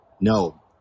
No